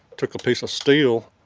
took a piece of steel